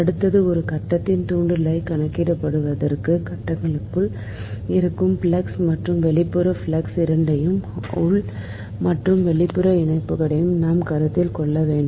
அடுத்தது ஒரு கடத்தியின் தூண்டலைக் கணக்கிடுவதற்கு கண்டக்டருக்குள் இருக்கும் ஃப்ளக்ஸ் மற்றும் வெளிப்புற ஃப்ளக்ஸ் இரண்டையும் உள் மற்றும் வெளிப்புற இரண்டையும் நாம் கருத்தில் கொள்ள வேண்டும்